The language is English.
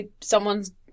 someone's